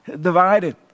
divided